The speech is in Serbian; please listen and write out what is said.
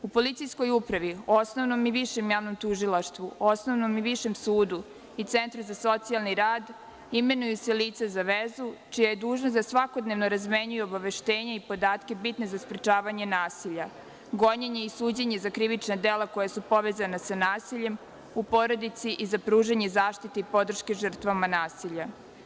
U policijskoj upravi, osnovnom i višem javnom tužilaštvu, osnovnom i višem sudu i centru za socijalni rad imenuje se lice za vezu, čija je dužnost da svakodnevno razmenjuje obaveštenja i podatke bitne za sprečavanje nasilja, gonjenje i suđenje za krivična dela koja su povezana sa nasiljem u porodici i za pružanje zaštite i podrške žrtvama nasilja.